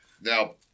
Now